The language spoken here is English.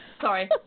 Sorry